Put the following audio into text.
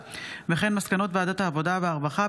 לשנים 2024-2023. מסקנות ועדת החינוך,